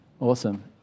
Awesome